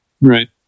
right